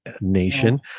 Nation